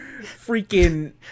freaking